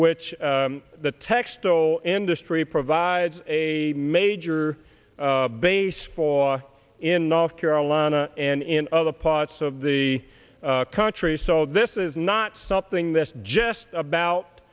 which the textile industry provides a major base for in north carolina and in other parts of the country so this is not something that's just about